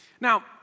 Now